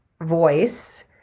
voice